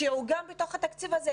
שיעוגן בתוך התקציב הזה.